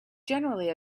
generally